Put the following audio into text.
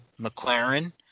McLaren